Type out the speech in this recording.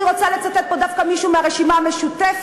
אני רוצה לצטט פה דווקא מישהו מהרשימה המשותפת.